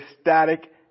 static